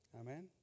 Amen